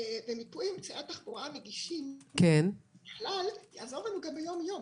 מיפוי אמצעי תחבורה נגישים בכלל יעזור לנו גם ביום-יום,